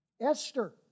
Esther